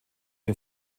den